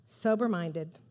sober-minded